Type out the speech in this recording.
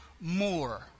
more